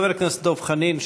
חבר הכנסת דב חנין,